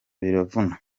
biravuna